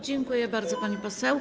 Dziękuję bardzo, pani poseł.